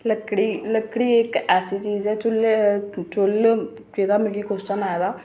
लकड़ी इक ऐसी चीज़ ऐ चु'ल्ल जेह्दा मिगी क्वेशन आए दा